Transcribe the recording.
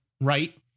right